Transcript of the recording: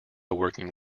working